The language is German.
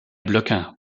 blöcke